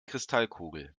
kristallkugel